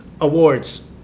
awards